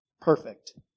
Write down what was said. perfect